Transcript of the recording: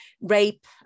rape